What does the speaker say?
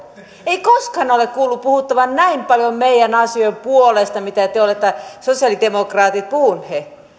ei koskaan ole kuullut puhuttavan näin paljon meidän asioiden puolesta kuin te olette sosialidemokraatit puhuneet